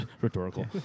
Rhetorical